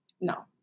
No